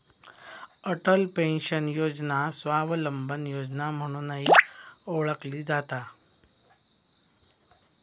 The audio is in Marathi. अटल पेन्शन योजना स्वावलंबन योजना म्हणूनही ओळखली जाता